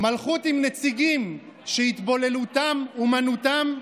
מלכות עם נציגים שהתבוללותם אומנותם,